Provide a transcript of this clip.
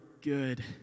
good